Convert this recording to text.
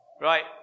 Right